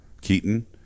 Keaton